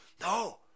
No